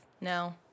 No